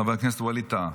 חבר הכנסת ווליד טאהא.